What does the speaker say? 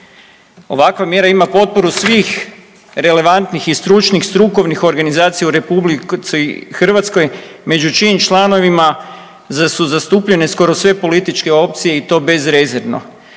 Ovakva mjera ima potporu svih relevantnih i stručnih i strukovnih organizacija u RH među čijim članovima su zastupljene skoro sve političke opcije i to bezrezervno.